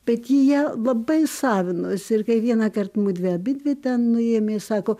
bet ji ją labai savinosi ir kai vieną kart mudvi abidvi ten nuėjom ji sako